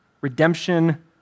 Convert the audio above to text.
redemption